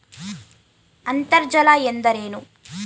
ಅಂತರ್ಜಲ ಎಂದರೇನು?